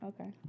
Okay